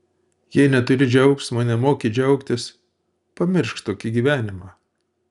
jei neturi džiaugsmo nemoki džiaugtis pamiršk tokį gyvenimą